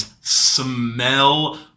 smell